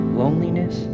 loneliness